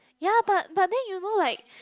ya but but then you know like